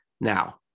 Now